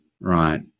right